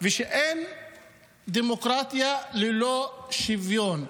ושאין דמוקרטיה ללא שוויון.